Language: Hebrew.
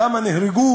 כמה נהרגו